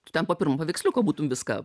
ten po pirmo paveiksliuko būtum viską